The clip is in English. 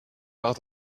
out